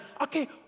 Okay